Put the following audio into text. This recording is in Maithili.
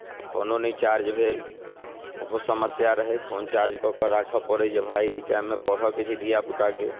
आ फोनो नहि चार्ज भेल ओहो समस्या रहै फोन चार्ज कऽ कऽ राखय पड़ै जे भाय एहि टाइममे पढ़यके छै धियापुताके